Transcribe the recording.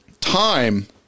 time